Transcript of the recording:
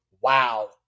wow